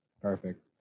Perfect